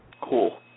cool